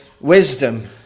wisdom